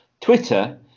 Twitter